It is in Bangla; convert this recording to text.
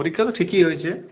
পরীক্ষা তো ঠিকই হয়েছে